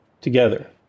together